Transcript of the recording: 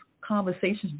conversations